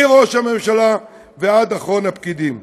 מראש הממשלה ועד אחרון הפקידים.